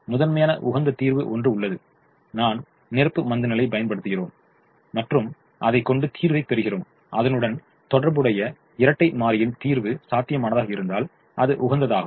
நமக்கு முதன்மையான உகந்த தீர்வு ஒன்று உள்ளது நான் நிரப்பு மந்தநிலையைப் பயன்படுத்துகிறோம் மற்றும் அதை கொண்டு தீர்வை பெறுகிறோம் அதனுடன் தொடர்புடைய இரட்டை மாறியின் தீர்வு சாத்தியமானதாக இருந்தால் அது உகந்ததாகும்